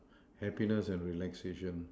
happiness and relaxation